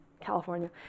California